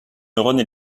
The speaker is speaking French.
neurones